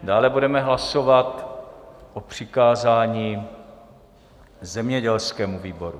Dále budeme hlasovat o přikázání zemědělskému výboru.